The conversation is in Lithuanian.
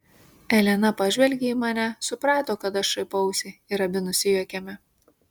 elena pažvelgė į mane suprato kad aš šaipausi ir abi nusijuokėme